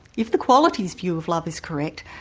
if the quality's view of love is correct,